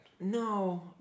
No